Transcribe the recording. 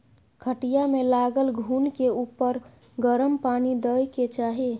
खटिया मे लागल घून के उपर गरम पानि दय के चाही